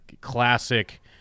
classic